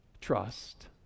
trust